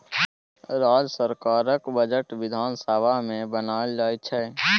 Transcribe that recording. राज्य सरकारक बजट बिधान सभा मे बनाएल जाइ छै